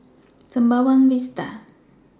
Sembawang Vista